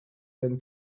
than